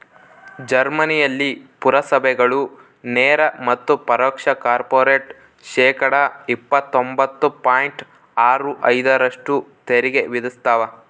ಜರ್ಮನಿಯಲ್ಲಿ ಪುರಸಭೆಗಳು ನೇರ ಮತ್ತು ಪರೋಕ್ಷ ಕಾರ್ಪೊರೇಟ್ ಶೇಕಡಾ ಇಪ್ಪತ್ತೊಂಬತ್ತು ಪಾಯಿಂಟ್ ಆರು ಐದರಷ್ಟು ತೆರಿಗೆ ವಿಧಿಸ್ತವ